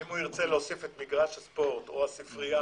-- אם הוא ירצה להוסיף את מגרש הספורט או את הספרייה